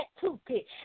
toothpick